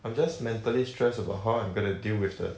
I'm just mentally stressed about how I'm going to deal with the